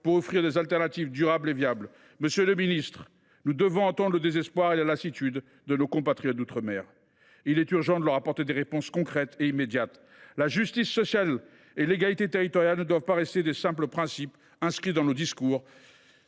pour offrir des solutions de rechange durables et viables. Monsieur le ministre d’État, nous devons entendre le désespoir et la lassitude de nos compatriotes d’outre mer. Il est urgent de leur apporter des réponses concrètes et immédiates. La justice sociale et l’égalité territoriale doivent non pas rester de simples principes inscrits dans nos discours,